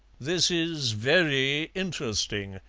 this is very interesting,